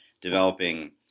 developing